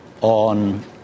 on